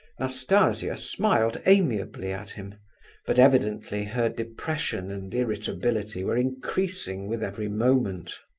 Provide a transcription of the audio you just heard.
nastasia smiled amiably at him but evidently her depression and irritability were increasing with every moment.